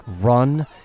run